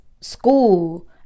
school